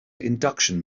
induction